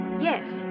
Yes